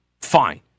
fine